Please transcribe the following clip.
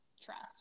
trust